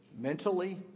mentally